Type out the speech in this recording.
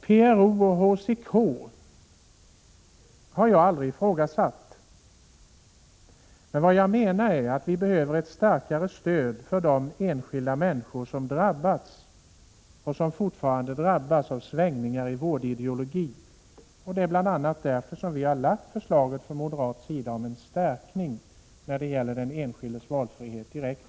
PRO och HCK har jag aldrig ifrågasatt, men vad jag menar är att vi behöver ett starkare stöd för de enskilda människor som drabbats och som fortfarande drabbas av svängningar i vårdideologin. Det är bl.a. därför vi från moderat sida lagt fram förslaget om en förstärkning i socialtjänstlagen av den enskildes valfrihet.